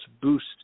boost